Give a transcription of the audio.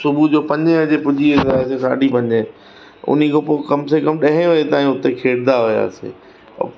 सुबुह जो पंजे बजे पुॼी वेंदा हुआसीं साढी पंजे उनखां पोइ कम से कम ॾहे बजे ताईं हुते खेॾंदा हुआसीं